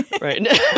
right